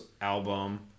album